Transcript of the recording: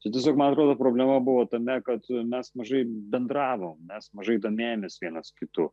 čia tiesiog man atrodo problema buvo tame kad mes mažai bendravom mes mažai domėjomės vienas kitu